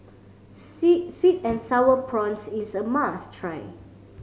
see sweet and Sour Prawns is a must try